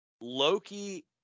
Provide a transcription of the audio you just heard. Loki